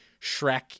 Shrek